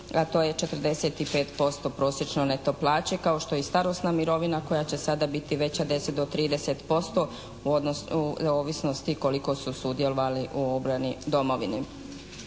a to je 45% prosječne neto plaće kao što je i starosna mirovina koja će sada biti veća 10 do 30% ovisnosti koliko su sudjelovali u obrani domovine.